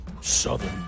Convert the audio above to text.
Southern